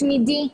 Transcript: תמידי,